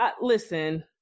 listen